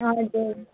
हजुर